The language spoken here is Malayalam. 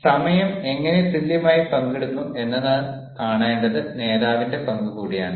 അതിനാൽ സമയം എങ്ങനെ തുല്യമായി പങ്കിടുന്നു എന്നത് കാണേണ്ടത് നേതാവിന്റെ പങ്ക് കൂടിയാണ്